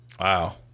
Wow